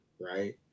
right